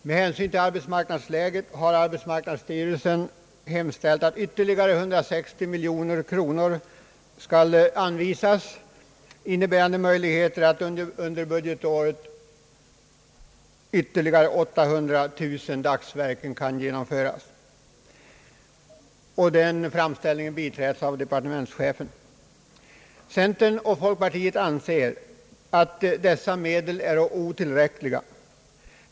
Med hänsyn till arbetsmarknadsläget har arbetsmarknadsstyrelsen hemställt att ytterligare 160 miljoner kronor skall anvisas, innebärande möjligheter att under budgetåret ytterligare 800 000 dagsverken genomföres. Den framställningen biträds av departementschefen. Centern och folkpartiet anser, att dessa medel är otillräckliga.